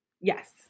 Yes